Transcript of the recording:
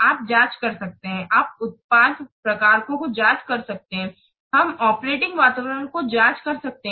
आप जांच कर सकते हैं आप उत्पाद प्रकारों को जांच सकते हैं हम ऑपरेटिंग वातावरण को जांच सकते हैं